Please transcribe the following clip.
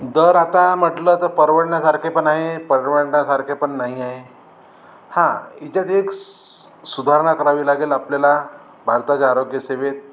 दर आता म्हटलं तर परवडण्यासारखे पण आहे परवडण्यासारखे पण नाही आहे हां ह्याच्यात एक सुधारणा करावी लागेल आपल्याला भारताच्या आरोग्यसेवेत